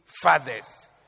fathers